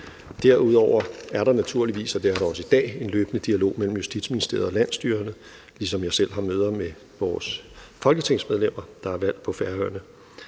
Derudover er der naturligvis, og det er der også i dag, en løbende dialog mellem Justitsministeriet og landsstyret, ligesom jeg selv har møder med vores folketingsmedlemmer, der er valgt på Færøerne.